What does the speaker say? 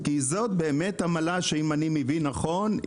כי זו עמלה שאם אני מבין נכון,